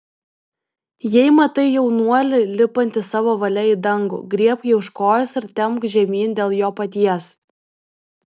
jei matai jaunuolį lipantį savo valia į dangų griebk jį už kojos ir temk žemyn dėl jo paties